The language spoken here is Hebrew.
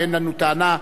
ואין לנו טענה,